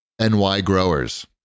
nygrowers